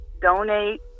donate